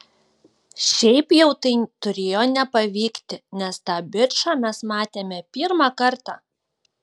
šiaip jau tai turėjo nepavykti nes tą bičą mes matėme pirmą kartą